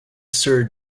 sir